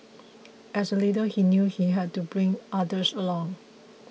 as a leader he knew he had to bring others along